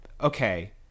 Okay